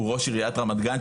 הוא ראש עריית רמת גן,